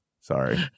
Sorry